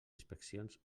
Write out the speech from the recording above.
inspeccions